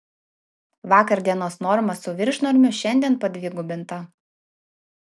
vakar dienos norma su viršnormiu šiandien padvigubinta